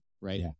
Right